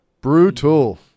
Brutal